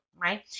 Right